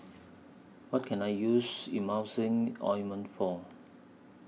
What Can I use Emulsying Ointment For